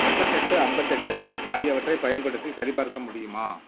எண்பத்தெட்டு ஐம்பத்தெட்டு ஆகியவற்றைப் பயன்படுத்தி சரிபார்க்க முடியுமா